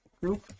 group